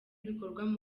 ibikorwa